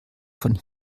von